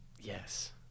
Yes